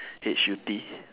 H U T